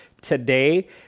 today